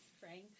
Frank